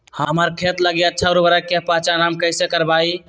हमार खेत लागी अच्छा उर्वरक के पहचान हम कैसे करवाई?